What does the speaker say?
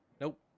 nope